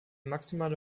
maximale